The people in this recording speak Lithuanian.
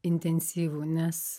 intensyvų nes